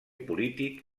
polític